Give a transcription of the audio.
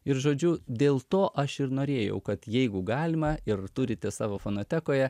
ir žodžiu dėl to aš ir norėjau kad jeigu galima ir turite savo fonotekoje